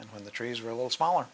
and when the trees are a little smaller